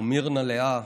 ומירנה לאה,